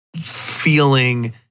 feeling